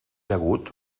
agut